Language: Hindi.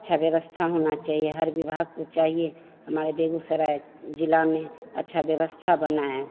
अच्छी व्यवस्था होनी चाहिए हर विभाग को चाहिए हमारे बेगूसराय ज़िले में अच्छी व्यवस्था बनाएँ